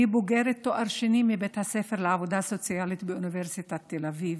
אני בוגרת תואר שני מבית הספר לעבודה סוציאלית באוניברסיטת תל אביב.